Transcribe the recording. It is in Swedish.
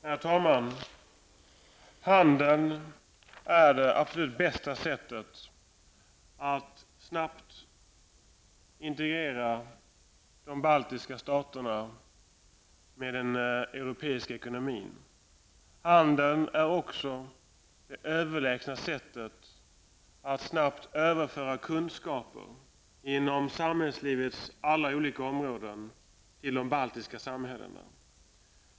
Herr talman! Att bedriva handel med de baltiska staterna är det absolut bästa sättet att snabbt integrera dem med den europeiska ekonomin. Att bedriva handel är också det överlägset bästa sättet att snabbt överföra kunskaper inom samhällslivets alla olika områden till de baltiska samhällena.